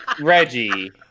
Reggie